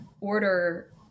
order